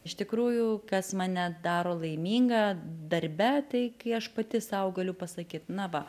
iš tikrųjų kas mane daro laimingą darbe tai kai aš pati sau galiu pasakyt na va